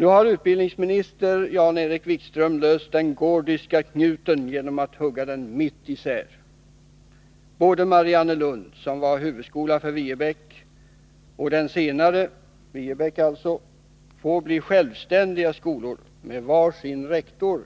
Nu har utbildningsminister Jan-Erik Wikström löst den gordiska knuten genom att hugga den mitt itu. Både Mariannelunds folkhögskola, som var huvudskola för Viebäck, och den senare får bli självständiga skolor med var sin rektor.